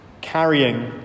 carrying